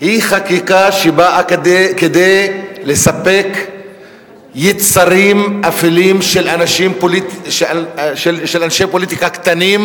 היא חקיקה שבאה כדי לספק יצרים אפלים של אנשי פוליטיקה קטנים,